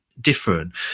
different